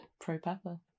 pro-pepper